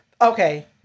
Okay